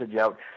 out